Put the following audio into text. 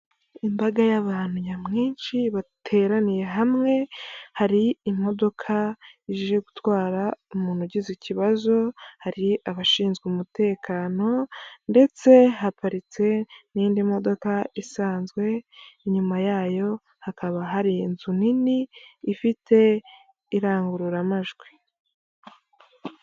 Imbaga y'abantu nyamwinshi bateraniye hamwe, hari imodoka ije gutwara umuntu ugize ikibazo, hari abashinzwe umutekano, ndetse haparitse n'indi modoka isanzwe, inyuma yayo hakaba hari inzu nini, ifite irangururamajwi.